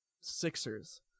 Sixers